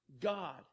God